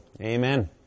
Amen